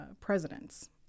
presidents